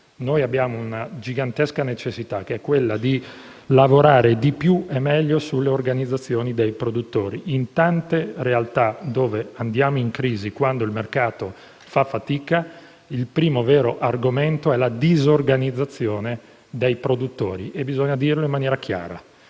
Noi abbiamo la gigantesca necessità di lavorare di più e meglio sulle organizzazioni dei produttori. In tante realtà dove andiamo in crisi quando il mercato fa fatica, il primo vero argomento è la disorganizzazione dei produttori. Bisogna dirlo in maniera chiara.